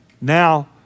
Now